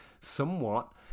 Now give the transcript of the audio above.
somewhat